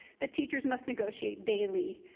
the teachers must negotiate daily.